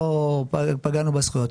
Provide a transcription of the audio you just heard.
לא פגענו בזכויות.